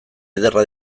ederra